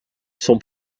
son